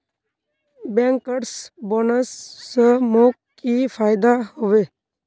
bankers bonus स मोक की फयदा हबे